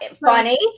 funny